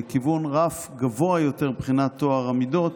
לכיוון רף גבוה יותר מבחינת טוהר המידות